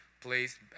place